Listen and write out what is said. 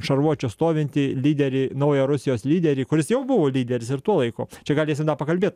šarvuočio stovintį lyderį naują rusijos lyderį kuris jau buvo lyderis ir tuo laiku čia galėsim dar pakalbėti